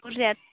बुरजा